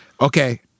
Okay